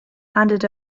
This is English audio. handed